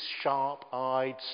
sharp-eyed